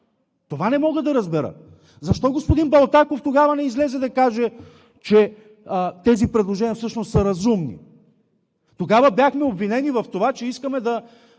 Това не мога да разбера! Защо господин Балтаков тогава не излезе да каже, че предложенията всъщност са разумни? Тогава бяхме обвинени в това, че искаме да